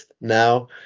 now